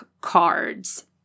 cards